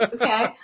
okay